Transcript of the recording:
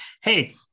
Hey